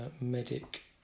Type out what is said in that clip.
medic